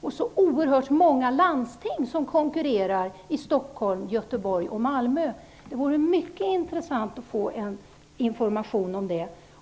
Är det oerhört många landsting som konkurrerar i Stockholm, Göteborg och Malmö? Det vore mycket intressant att få information om det.